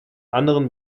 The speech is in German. anderen